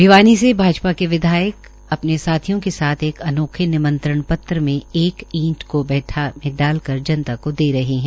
भिवानी से भाजपा के विधायक अपने साथियों के साथ एक अनोखा निमंत्रण पत्र में ईंट को बैग में डालकर जनता को दे रहे है